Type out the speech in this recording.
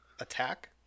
attack